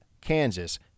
Kansas